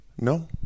No